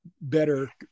better